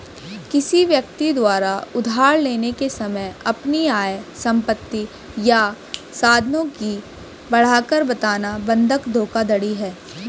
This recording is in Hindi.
किसी व्यक्ति द्वारा उधार लेने के समय अपनी आय, संपत्ति या साधनों की बढ़ाकर बताना बंधक धोखाधड़ी है